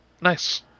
Nice